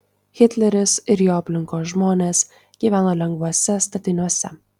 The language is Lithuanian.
hitleris ir jo aplinkos žmonės gyveno lengvuose statiniuose